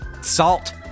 Salt